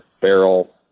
barrel